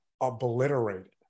obliterated